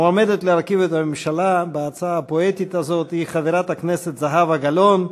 המועמדת להרכיב את הממשלה בהצעה הפואטית הזו היא חברת הכנסת זהבה גלאון.